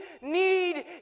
need